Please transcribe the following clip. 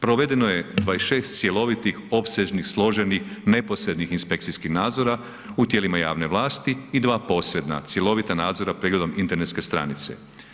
Provedeno je 26 cjelovitih opsežnih složenih neposrednih inspekcijskih nadzora u tijelima javne vlasti i dva posredna cjelovita nadzora pregledom internetske stranice.